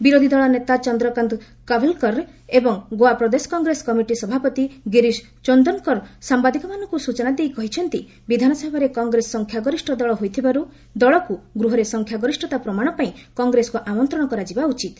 ବିରୋଧୀ ଦଳ ନେତା ଚନ୍ଦ୍ରକାନ୍ତ କାଭ୍ଲେକର ଏବଂ ଗୋଆ ପ୍ରଦେଶ କଂଗ୍ରେସ କମିଟି ସଭାପତି ଗିରିଶ୍ ଚୋନ୍ଦନକର୍ ସାମ୍ବାଦିକମାନଙ୍କୁ ସୂଚନା ଦେଇ କହିଛନ୍ତି ବିଧାନସଭାରେ କଂଗ୍ରେସ ସଂଖ୍ୟାଗରିଷ୍ଠ ଦଳ ହୋଇଥିବାରୁ ଦଳକୁ ଗୃହରେ ସଂଖ୍ୟା ଗରିଷ୍ଠତା ପ୍ରମାଣ ପାଇଁ କଂଗ୍ରେସକୁ ଆମନ୍ତ୍ରଣ କରାଯିବା ଉଚିତ୍